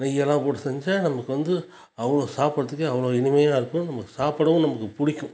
நெய்யெல்லாம் போட்டு செஞ்சால் நமக்கு வந்து அவ்வளோ சாப்புடுறதுக்கே அவ்வளோ இனிமையாக இருக்கும் நமக்கு சாப்பிடவும் நமக்கு பிடிக்கும்